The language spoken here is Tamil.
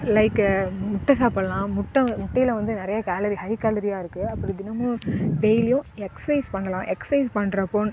லைக்கு முட்டை சாப்பிட்லாம் முட்டை முட்டையில் வந்து நிறைய கேலரி ஹை கேலரியாக இருக்குது அப்புறம் தினமும் டெய்லியும் எக்சைஸ் பண்ணலாம் எக்சைஸ் பண்றப்போது